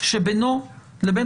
שבינו לבין